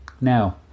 Now